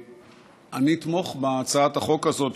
אני אתמוך בהצעת החוק הזאת,